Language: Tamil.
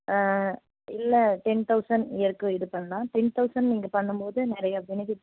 இல்லை டென் தௌசண்ட் இயருக்கு இது பண்ணலாம் டென் தௌசண்ட் நீங்கள் பண்ணும்போது நிறையா பெனிஃபிட்ஸ்